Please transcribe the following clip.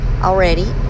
already